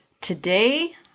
today